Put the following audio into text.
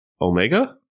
Omega